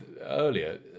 earlier